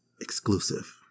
exclusive